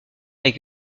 avec